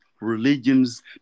religions